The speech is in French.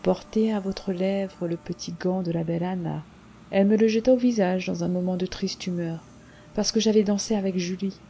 portez à votre lèvre le petit gant de la belle anna elle me le jeta au visage dans un moment de triste humeur parce que j'avais dansé avec julie